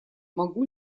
могу